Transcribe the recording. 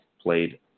played